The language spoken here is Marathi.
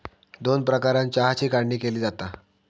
दोन प्रकारानं चहाची काढणी केली जाता